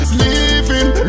living